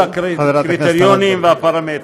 כל הקריטריונים והפרמטרים.